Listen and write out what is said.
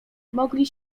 mogli